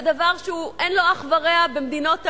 זה דבר שאין לו אח ורע במדינות העולם.